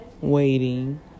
waiting